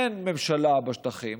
אין ממשלה בשטחים.